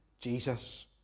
Jesus